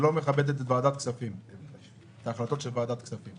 שלא מכבדת את ההחלטות של ועדת הכספים.